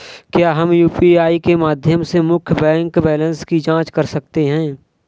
क्या हम यू.पी.आई के माध्यम से मुख्य बैंक बैलेंस की जाँच कर सकते हैं?